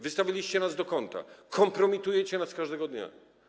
Wstawiliście nas do kąta, kompromitujecie nas każdego dnia.